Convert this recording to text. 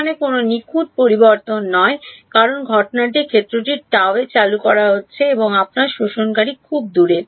একেবারেই কোনও পরিবর্তন নিখুঁত নয় কারণ ঘটনার ক্ষেত্রটি Γ′ এ চালু হচ্ছে এবং আপনার শোষণকারী খুব দূরে